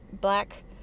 black